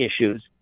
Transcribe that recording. issues